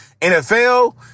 NFL